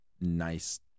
nice